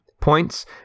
points